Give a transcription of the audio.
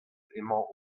emañ